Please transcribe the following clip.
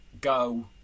go